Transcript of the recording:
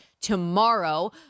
tomorrow